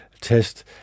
test